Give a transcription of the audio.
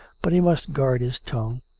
but he must guard his tongue.